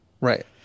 Right